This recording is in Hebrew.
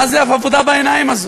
מה זו העבודה הזאת בעיניים?